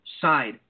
side